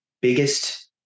biggest